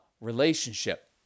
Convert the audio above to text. relationship